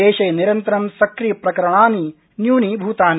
देशे निरन्तरं सक्रियप्रकरणानि न्यूनीभूतानि